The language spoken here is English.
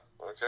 okay